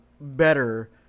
better